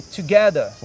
together